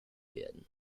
werden